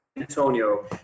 Antonio